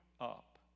up